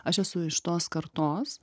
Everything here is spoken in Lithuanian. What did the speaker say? aš esu iš tos kartos